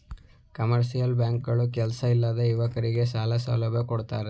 commercial bank ಗಳು ಕೆಲ್ಸ ಇಲ್ಲದ ಯುವಕರಗೆ ಸಾಲ ಸೌಲಭ್ಯ ಕೊಡ್ತಾರೆ